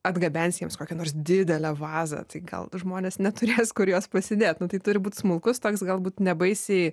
atgabensi jiems kokią nors didelę vazą tai gal žmonės neturės kur juos pasidėt nu tai turi būt smulkus toks galbūt nebaisi